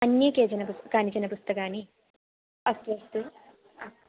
अन्यानि केचन पुस्तकानि कानिचन पुस्तकानि अस्तु अस्तु ह